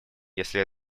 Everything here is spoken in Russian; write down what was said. если